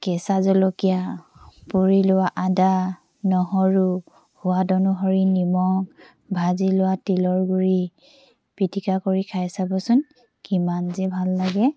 কেঁচা জলকীয়া পুৰি লোৱা আদা নহৰু সোৱাদ অনুসৰি নিমখ ভাজি লোৱা তিলৰ গুড়ি পিটিকা কৰি খাই চাবচোন কিমান যে ভাল লাগে